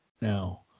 now